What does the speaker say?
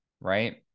Right